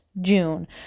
June